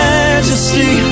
Majesty